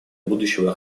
будущего